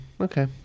Okay